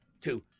two